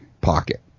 pocket